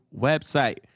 website